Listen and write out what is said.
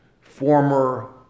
former